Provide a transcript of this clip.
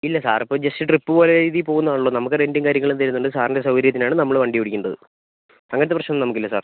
ഇല്ല സാറിപ്പോൾ just trip പോകുന്ന രീതിയിൽ പോകുന്നയാണല്ലോ നമുക്ക് റെൻ്റും കാര്യങ്ങളും തരുന്നുണ്ട് സാറിൻ്റെ സൗകര്യത്തിനാണ് നമ്മൾ വണ്ടിയോടിക്കുന്നത് അങ്ങനത്തെ പ്രശ്നമൊന്നും നമുക്കില്ല സാർ